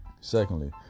Secondly